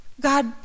God